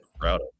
proud